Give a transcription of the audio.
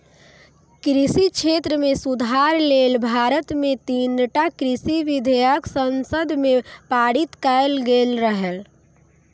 कृषि क्षेत्र मे सुधार लेल भारत मे तीनटा कृषि विधेयक संसद मे पारित कैल गेल रहै